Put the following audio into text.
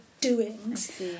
doings